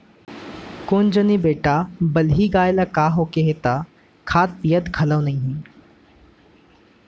कोन जनी बेटा बलही गाय ल का होगे हे त खात पियत घलौ नइये